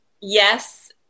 Yes